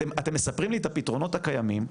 אתם מספרים לי את הפתרונות הקיימים,